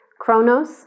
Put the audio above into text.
chronos